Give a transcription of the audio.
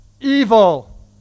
evil